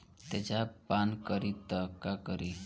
तेजाब पान करी त का करी?